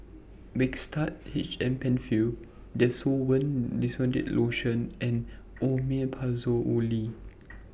Mixtard H M PenFill Desowen Desonide Lotion and Omeprazole